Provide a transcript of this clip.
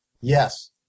Yes